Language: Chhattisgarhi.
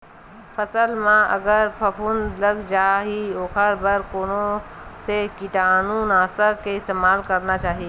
फसल म अगर फफूंद लग जा ही ओखर बर कोन से कीटानु नाशक के इस्तेमाल करना चाहि?